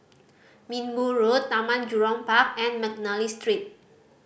Minbu Road Taman Jurong Park and McNally Street